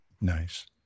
Nice